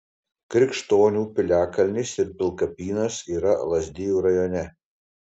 krikštonių piliakalnis ir pilkapynas yra lazdijų rajone